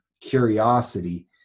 curiosity